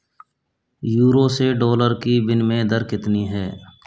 euro से dollar की विनिमय दर कितनी है